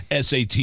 SAT